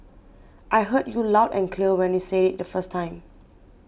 I heard you loud and clear when you said it the first time